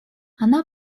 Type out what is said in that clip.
она